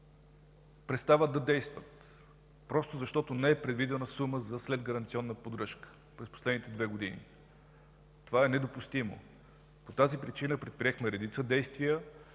престават да действат, защото не е предвидена сума за следгаранционна поддръжка през последните две години. Това е недопустимо. По тази причина предприехме редица действия.